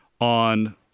on